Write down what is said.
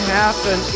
happen